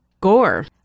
Gore